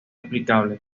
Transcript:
aplicable